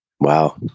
Wow